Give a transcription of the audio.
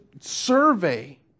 survey